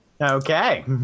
Okay